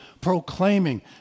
proclaiming